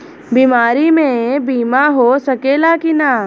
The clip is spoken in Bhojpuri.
बीमारी मे बीमा हो सकेला कि ना?